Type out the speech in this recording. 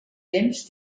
temps